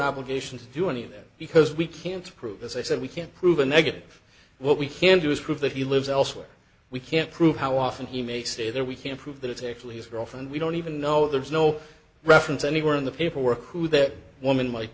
obligation to do any of that because we can't prove as i said we can't prove a negative what we can do is prove that he lives elsewhere we can't prove how often he may stay there we can prove that it's actually his girlfriend we don't even know there is no reference anywhere in the paperwork who that woman might